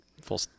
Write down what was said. full